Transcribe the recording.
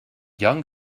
young